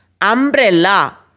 umbrella